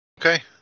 Okay